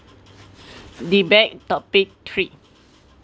debate topic three